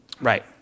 Right